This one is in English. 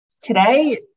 Today